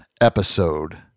episode